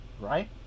Right